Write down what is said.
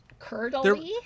Curdly